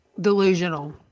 delusional